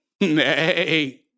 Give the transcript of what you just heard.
nay